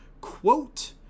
quote